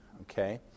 okay